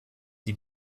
die